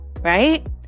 right